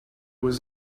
was